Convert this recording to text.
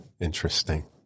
Interesting